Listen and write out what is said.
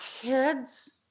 kids